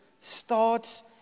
starts